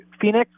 Phoenix